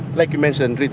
like you mentioned,